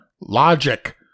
Logic